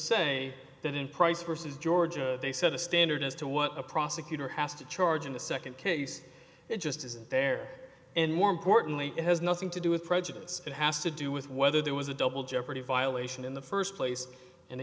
say that in price versus georgia they set a standard as to what a prosecutor has to charge in the second case it just isn't there and more importantly it has nothing to do with prejudice it has to do with whether there was a double jeopardy violation in the first place and